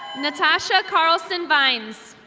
natasha carsol so and vintz.